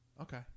Okay